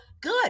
good